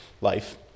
life